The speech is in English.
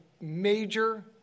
major